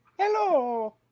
Hello